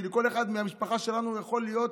כי לכל אחד מהמשפחה שלנו יכול להיות,